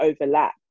overlap